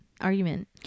argument